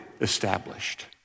established